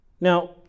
Now